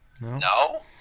No